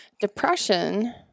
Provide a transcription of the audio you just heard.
depression